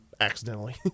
accidentally